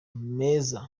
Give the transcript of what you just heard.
meza